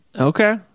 Okay